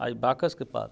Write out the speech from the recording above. अइ बाकसके पात